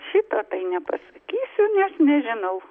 šito tai nepasakysiu nes nežinau